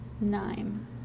Nine